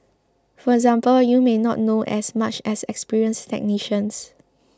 for example you may not know as much as experienced technicians